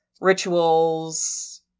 Rituals